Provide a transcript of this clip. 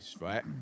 right